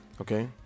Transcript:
okay